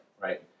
right